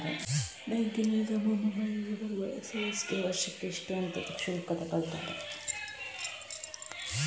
ಬ್ಯಾಂಕಿನಲ್ಲಿ ನಮ್ಮ ಮೊಬೈಲಿಗೆ ಬರುವ ಎಸ್.ಎಂ.ಎಸ್ ಗೆ ವರ್ಷಕ್ಕೆ ಇಷ್ಟು ಅಂತ ಶುಲ್ಕ ತಗೊಳ್ತಾರೆ